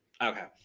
Okay